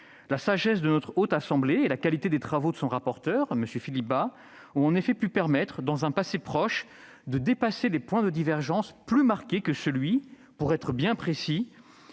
La sagesse de la Haute Assemblée et la qualité des travaux de son rapporteur, M. Philippe Bas, ont en effet permis, dans un passé proche, de surmonter des points de divergence plus marqués que celui- soyons bien précis